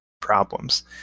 problems